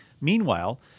meanwhile